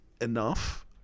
enough